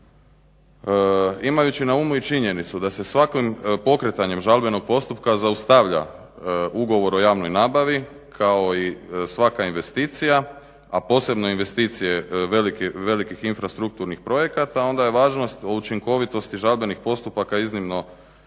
Imajući na umu i činjenicu da se svakim pokretanjem žalbenog postupka zaustavlja ugovor o javnoj nabavi kao i svaka investicija, a posebno investicije velikih infrastrukturnih projekata onda je važnost učinkovitosti žalbenih postupaka iznimno naglašena